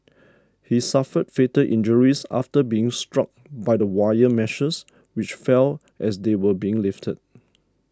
he suffered fatal injuries after being struck by the wire meshes which fell as they were being lifted